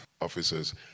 officers